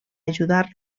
ajudar